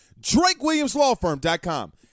drakewilliamslawfirm.com